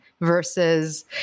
versus